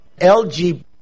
LGBT